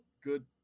good